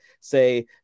Say